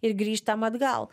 ir grįžtam atgal